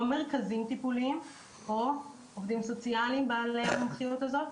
או מרכזים טיפוליים או עובדים סוציאליים בעלי המומחיות הזו,